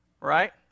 Right